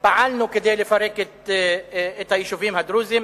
פעלנו כדי לפרק את היישובים הדרוזיים,